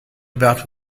about